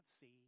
see